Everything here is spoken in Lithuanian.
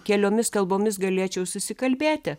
keliomis kalbomis galėčiau susikalbėti